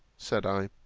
said i,